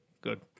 good